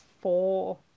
four